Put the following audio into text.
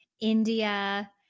India